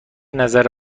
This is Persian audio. نظر